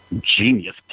genius